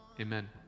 Amen